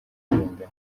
imbunda